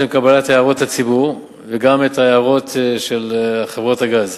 לשם קבלת הערות הציבור וגם את ההערות של חברות הגז.